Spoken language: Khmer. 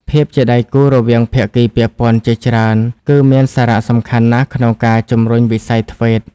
ភាពជាដៃគូរវាងភាគីពាក់ព័ន្ធជាច្រើនគឺមានសារៈសំខាន់ណាស់ក្នុងការជំរុញវិស័យ ធ្វេត TVET។